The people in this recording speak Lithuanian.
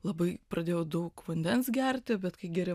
labai pradėjau daug vandens gerti bet kai geri